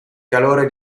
calore